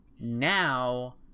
now